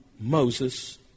Moses